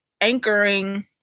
anchoring